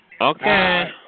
Okay